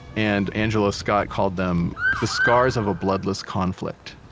and angelo scott called them the scars of a bloodless conflict.